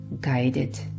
guided